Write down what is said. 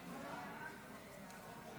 אינו נוכח דן אילוז,